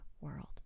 world